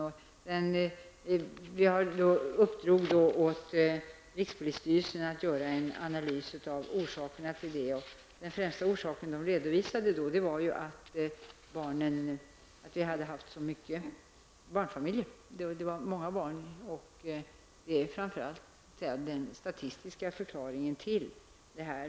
Vi uppdrog då åt rikspolisstyrelsen att göra en analys av orsakerna till det. Den främsta orsaken som rikspolisstyrelsen redovisade var att så många barnfamiljer hade kommit till Sverige. Det är framför allt den statistiska förklaringen till detta.